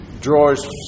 drawers